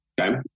Okay